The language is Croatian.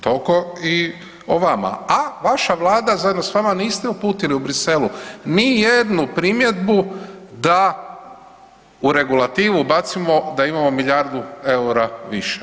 Toliko i o vama, a vaša Vlada zajedno s vama, niste uputili u Bruxellesu ni jednu primjedbu da u regulativu ubacimo da imamo milijardu eura više.